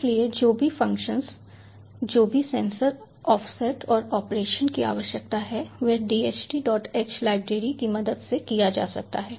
इसलिए जो भी फ़ंक्शन जो भी सेंसर ऑफसेट और ऑपरेशन की आवश्यकता है वह dhth लाइब्रेरी की मदद से किया जा सकता है